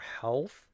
health